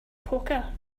poker